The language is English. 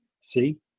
see